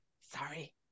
sorry